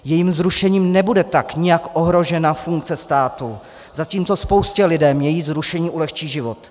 Jejím zrušením tak nebude nijak ohrožena funkce státu, zatímco spoustě lidem její zrušení ulehčí život.